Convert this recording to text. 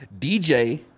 DJ